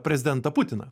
prezidentą putiną